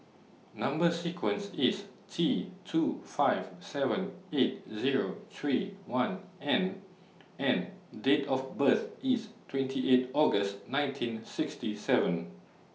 Number sequence IS T two five seven eight Zero three one N and Date of birth IS twenty eight August nineteen sixty seven